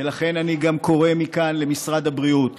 ולכן אני גם קורא מכאן למשרד הבריאות,